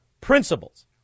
principles